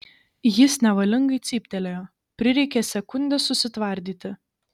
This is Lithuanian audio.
jis nevalingai cyptelėjo prireikė sekundės susitvardyti